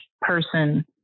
person